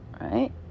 right